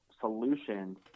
solutions